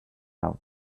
out